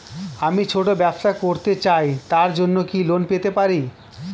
আমি ছোট ব্যবসা করতে চাই তার জন্য কি লোন পেতে পারি?